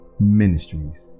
Ministries